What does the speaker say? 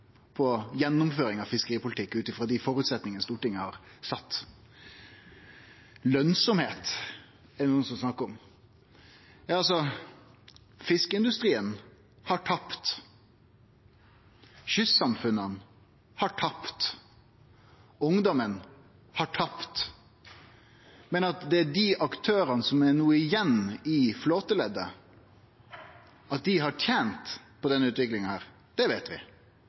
på gjennomføring av fiskeripolitikken ut frå dei føresetnadene Stortinget har gitt. Nokre snakkar om lønsemd. Fiskeindustrien har tapt. Kystsamfunna har tapt. Ungdomen har tapt. At dei aktørane som no er igjen i flåteleddet, har tent på denne utviklinga, det veit vi,